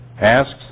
asks